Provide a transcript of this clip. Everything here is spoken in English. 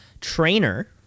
trainer